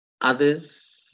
Others